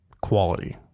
quality